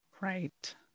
right